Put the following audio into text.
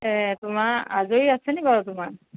এই তোমাৰ আজৰি আছে নেকি বাৰু তোমাৰ